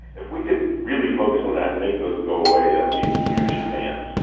if we could really focus on that and make those go away, that would be a huge advance